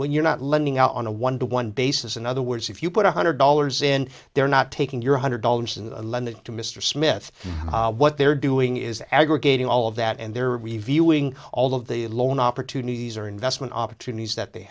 when you're not lending out on a one to one basis in other words if you put one hundred dollars in there not taking your hundred dollars in lending to mr smith what they're doing is aggregating all of that and they're reviewing all of the loan opportunities or investment opportunities that they